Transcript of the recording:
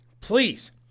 please